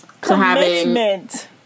Commitment